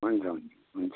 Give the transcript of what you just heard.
हुन्छ हुन्छ हुन्छ